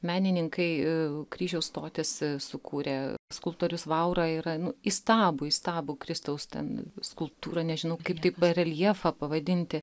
menininkai kryžiaus stotis sukūrė skulptorius vaura yra nu įstabų įstabų kristaus ten skulptūrą nežinau kaip tai bareljefą pavadinti